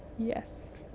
yes.